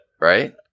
Right